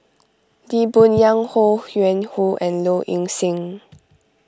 Lee Boon Yang Ho Yuen Hoe and Low Ing Sing